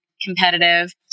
competitive